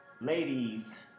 Ladies